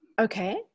Okay